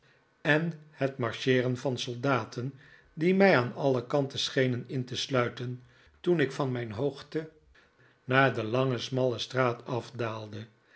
en het marcheeren van soldaten die mij aan alle kanten schenen in te sluiten toen ik van mijn hoogte naar de lange smalle straat afdaalde